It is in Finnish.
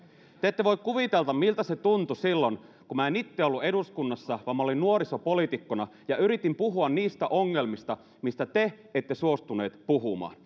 te ette voi kuvitella miltä se tuntui silloin kun minä en itse ollut eduskunnassa vaan minä olin nuorisopoliitikkona ja yritin puhua niistä ongelmista joista te ette suostuneet puhumaan